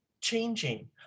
changing